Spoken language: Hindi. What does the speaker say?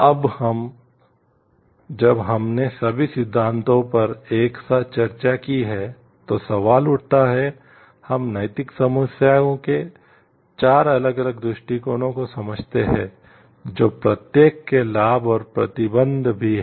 अब जब हमने सभी सिद्धांतों पर एक साथ चर्चा की है तो सवाल उठता है हम नैतिक समस्या के 4 अलग अलग दृष्टिकोणों को समझते हैं जो प्रत्येक के लाभ और प्रतिबंध भी हैं